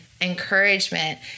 encouragement